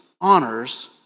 honors